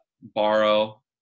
borrow